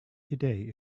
today